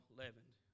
leavened